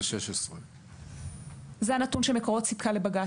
זה 16. זה הנתון שמקורות סיפקה לבג"ץ.